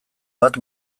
bat